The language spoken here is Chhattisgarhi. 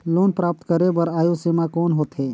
लोन प्राप्त करे बर आयु सीमा कौन होथे?